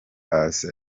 hasi